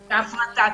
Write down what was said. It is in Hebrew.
--- והפרטה.